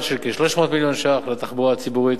של כ-300 מיליון ש"ח לתחבורה הציבורית.